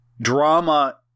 drama